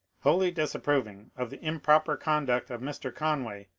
whouy disapproving of the improper conduct of mr. con way,